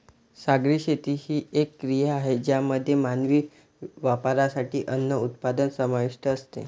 सागरी शेती ही एक क्रिया आहे ज्यामध्ये मानवी वापरासाठी अन्न उत्पादन समाविष्ट असते